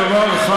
אלא בדבר אחד,